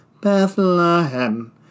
Bethlehem